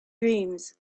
dreams